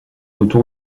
autour